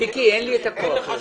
אין לך שוט.